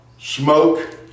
smoke